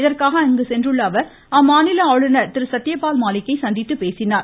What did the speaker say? இதற்காக அங்கு சென்ற அவர் அம்மாநில ஆளுநர் திரு சத்யபால் மாலிக்கை சந்தித்து பேசினார்